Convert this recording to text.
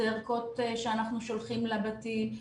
זה ערכות שאנחנו שולחים לבתים.